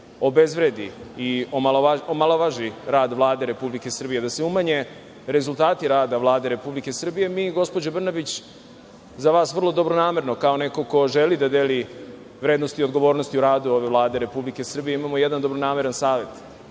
obezvredi i omalovaži rad Vlade Republike Srbije, da se umanje rezultati rada Vlade Republike Srbije, mi gospođo Brnabić za vas vrlo dobronamerno, kao neko ko želi da deli vrednost i odgovornost u radu ove Vlade Republike Srbije, imamo jedan dobronameran savet.